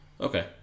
okay